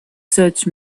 search